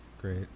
Great